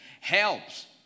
Helps